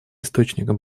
источником